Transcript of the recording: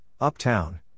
Uptown